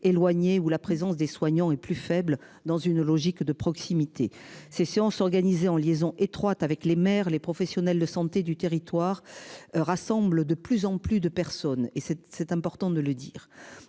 éloigné où la présence des soignants est plus faible dans une logique de proximité. Ces séances organisées en liaison étroite avec les maires, les professionnels de santé du territoire rassemble de plus en plus de personnes et c'est, c'est important de le dire